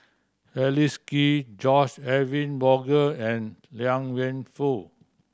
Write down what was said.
Leslie Kee George Edwin Bogaar and Liang Wenfu